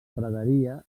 praderia